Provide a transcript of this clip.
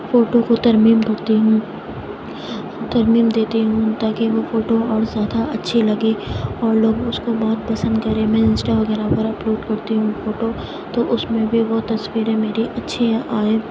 photo کو ترمیم کرتی ہوں ترمیم دیتی ہوں تا کہ وہ فوٹو اور زیادہ اچھے لگیں اور لوگ اس کو بہت پسند کریں میں انسٹا وغیرہ پر اپلوڈ کرتی ہوں فوٹو تو اس میں بھی وہ تصویریں میری اچھی آئیں